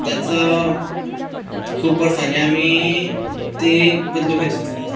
that's हाव खूब वर्सानी आमी ती बदलुपा चितली